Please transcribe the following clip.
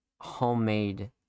homemade